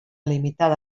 limitada